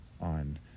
on